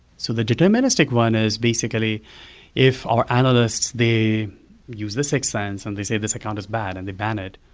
so the deterministic one is basically if our analysts, they use their sixth sense and they say this account is bad and they ban it,